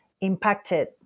impacted